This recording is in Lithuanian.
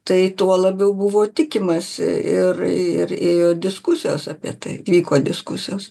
tai tuo labiau buvo tikimasi ir ir ėjo diskusijos apie tai vyko diskusijos